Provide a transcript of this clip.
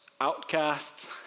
outcasts